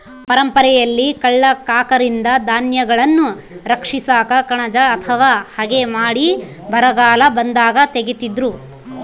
ಪರಂಪರೆಯಲ್ಲಿ ಕಳ್ಳ ಕಾಕರಿಂದ ಧಾನ್ಯಗಳನ್ನು ರಕ್ಷಿಸಾಕ ಕಣಜ ಅಥವಾ ಹಗೆ ಮಾಡಿ ಬರಗಾಲ ಬಂದಾಗ ತೆಗೀತಿದ್ರು